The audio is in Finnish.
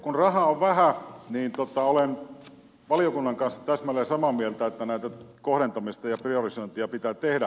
kun rahaa on vähän niin olen valiokunnan kanssa täsmälleen samaa mieltä että kohdentamista ja priorisointia pitää tehdä